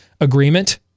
agreement